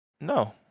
No